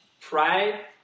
Pride